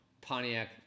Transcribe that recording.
Pontiac